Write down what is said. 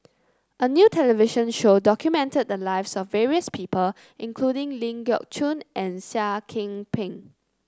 a new television show documented the lives of various people including Ling Geok Choon and Seah Kian Peng